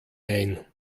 ein